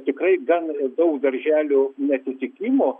tikrai gan daug darželių neatitikimo